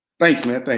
thanks man, thanks.